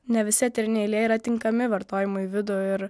ne visi eteriniai aliejai yra tinkami vartojimui į vidų ir